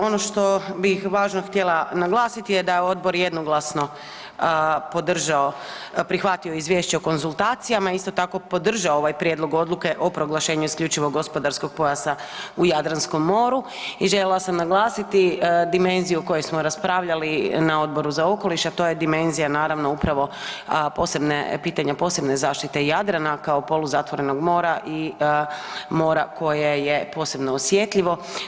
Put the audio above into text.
Ono što bi važno htjela naglasiti da je odbor jednoglasno podržao prihvatio izvješće o konzultacijama, isto tako podržao ovaj Prijedlog odluke o proglašenju IGP-a u Jadranskom moru i željela sam naglasiti dimenziju koju smo raspravljali na Odbor za okoliš, a to je dimenzija naravno upravo pitanje posebne zaštite Jadrana kao poluzatvorenog mora i mora koje je posebno osjetljivo.